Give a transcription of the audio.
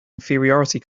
inferiority